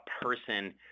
person